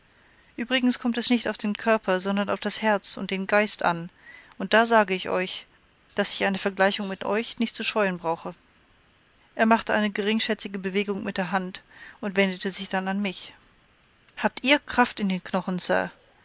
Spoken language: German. uebrigens kommt es nicht auf den körper sondern auf das herz und den geist an und da sage ich euch daß ich eine vergleichung mit euch nicht zu scheuen brauche er machte eine geringschätzige bewegung mit der hand und wendete sich dann an mich habt ihr kraft in den knochen sir